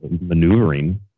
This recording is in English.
maneuvering